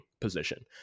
position